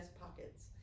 pockets